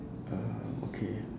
uh okay